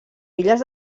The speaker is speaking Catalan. filles